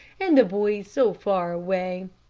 and the boys so far away,